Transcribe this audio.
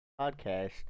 podcast